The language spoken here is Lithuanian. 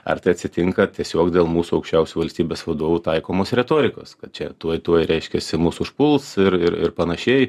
ar tai atsitinka tiesiog dėl mūsų aukščiausių valstybės vadovų taikomos retorikos kad čia tuoj tuoj reiškiasi mus užpuls ir ir ir panašiai